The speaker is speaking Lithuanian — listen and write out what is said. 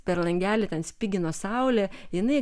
per langelį ten spigina saulė jinai